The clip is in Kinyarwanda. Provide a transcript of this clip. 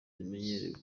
zimenyerewe